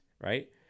right